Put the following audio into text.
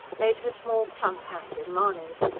laid her small, plump hand in mahony's,